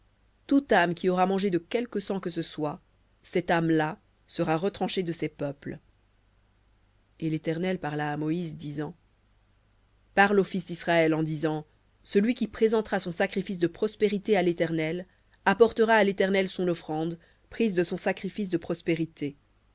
toute âme qui aura mangé de quelque sang que ce soit cette âme là sera retranchée de ses peuples et l'éternel parla à moïse disant parle aux fils d'israël en disant celui qui présentera son sacrifice de prospérités à l'éternel apportera à l'éternel son offrande prise de son sacrifice de prospérités